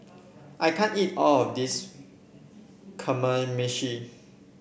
I can't eat all of this Kamameshi